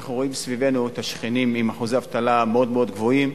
אנחנו רואים סביבנו את השכנים עם אחוזי אבטלה מאוד גבוהים,